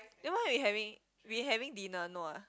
then what we having we having dinner no ah